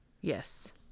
Yes